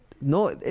No